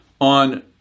on